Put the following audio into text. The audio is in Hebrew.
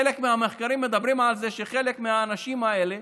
חלק מהמחקרים מדברים על זה שחלק מהאנשים האלה